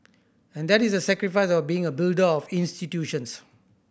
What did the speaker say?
and that is the sacrifice of being a builder of institutions